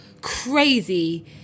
crazy